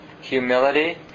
humility